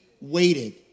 waited